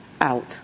out